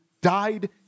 died